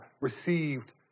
received